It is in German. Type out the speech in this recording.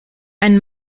ein